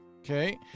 okay